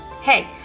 Hey